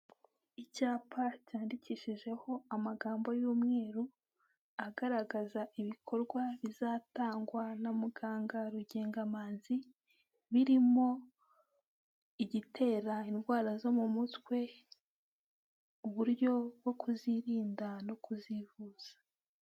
Icyapa cyandikishijeho amagambo y'umweru, agaragaza ibikorwa bizatangwa na muganga Rugengamanzi birimo igitera indwara, zo mu mutwe, uburyo bwo kuzirinda no kuzivuza.